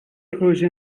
پروزه